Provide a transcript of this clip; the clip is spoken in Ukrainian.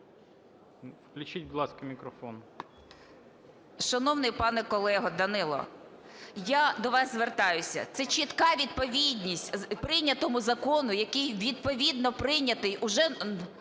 Включіть, будь ласка, мікрофон.